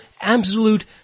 absolute